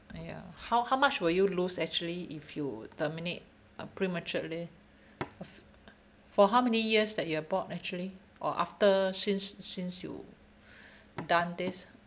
ya how how much will you lose actually if you terminate uh prematurely f~ for how many years that you are bought actually or after since since you done this